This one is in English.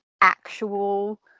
actual